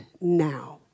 now